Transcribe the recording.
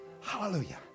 Hallelujah